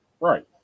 Right